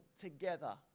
together